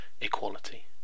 equality